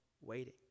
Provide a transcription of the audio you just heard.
Waiting